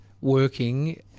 working